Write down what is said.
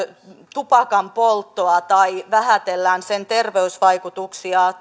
tupakanpolttoa tai vähätellään sen terveysvaikutuksia